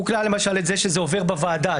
הוא כלל למשל את זה שזה עובר בוועדה,